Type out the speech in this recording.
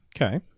Okay